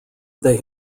they